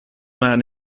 man